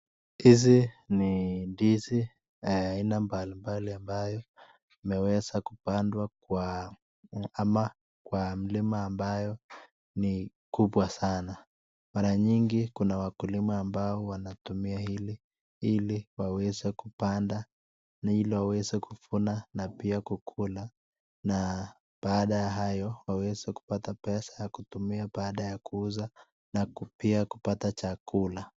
Hizi ni ndizi aina mbali mbali ambaye imeweza kupandwa kwa mlima ambayo ni kubwa sana. Mara nyingi kuna wakulima ambao wanatumia ili waweze kupanda, ili waweze kuvuna pia kukula na baada ya hayo, wapate pesa ya kutumia baada ya kuuza na pia kupata chakula.